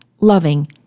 loving